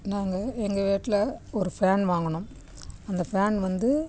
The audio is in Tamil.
நாங்கள் எங்கள் வீட்டில் ஒரு ஃபேன் வாங்கினோம் அந்த ஃபேன் வந்து